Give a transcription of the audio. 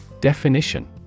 Definition